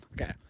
Okay